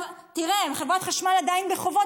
חברת חשמל עדיין בחובות.